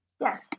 Yes